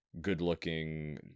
good-looking